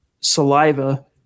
Saliva